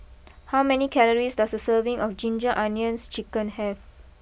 how many calories does a serving of Ginger Onions Chicken have